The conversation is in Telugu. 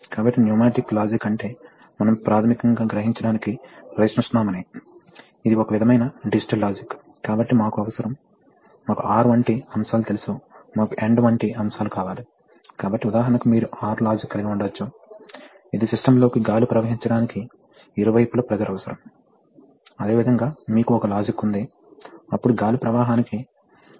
కాబట్టి ప్రాథమికంగా మీరు క్యాప్ను పంపులోకి కనెక్ట్ చేస్తారు మరియు మీరు ఆ రాడ్ను ట్యాంక్లోకి కనెక్ట్ చేస్తారు ఇప్పుడు ఇక్కడ మేము చెబుతున్నది ఏమిటంటే రాడ్ ఎండ్ నుండి బయటకు వచ్చే కొంత ద్రవాన్ని తిరిగి క్యాబిన్ లోకి పంపించాలనుకుంటున్నాము కాబట్టి అది ఎలా సాధ్యమవుతుంది